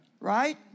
Right